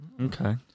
Okay